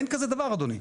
אין כזה דבר, אדוני.